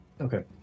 Okay